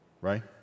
Right